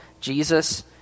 Jesus